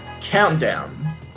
Countdown